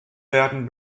werden